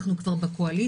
אנחנו כבר בקואליציה,